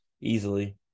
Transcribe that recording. easily